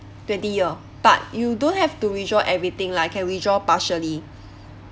twenty year but you don't have to withdraw everything lah can withdraw partially